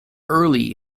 early